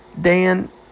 Dan